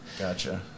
Gotcha